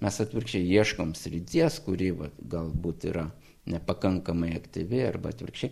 mes atvirkščiai ieškom srities kuri galbūt yra nepakankamai aktyvi arba atvirkščiai